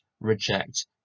reject